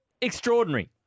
Extraordinary